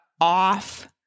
off